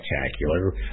spectacular